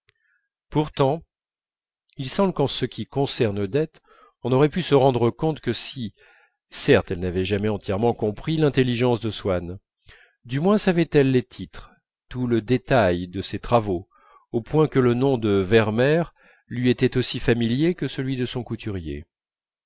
pourtant il semble qu'en ce qui concerne odette on aurait pu se rendre compte que si certes elle n'avait jamais entièrement compris l'intelligence de swann du moins savait-elle les titres tout le détail de ses travaux au point que le nom de ver meer lui était aussi familier que celui de son couturier